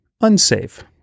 unsafe